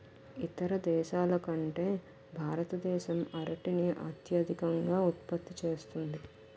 ఇతర దేశాల కంటే భారతదేశం అరటిని అత్యధికంగా ఉత్పత్తి చేస్తుంది